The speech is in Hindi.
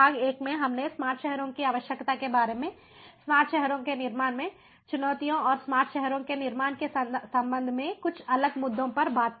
भाग एक में हमने स्मार्ट शहरों की आवश्यकता के बारे में स्मार्ट शहरों के निर्माण में चुनौतियों और स्मार्ट शहरों के निर्माण के संबंध में कुछ अलग मुद्दों पर बात की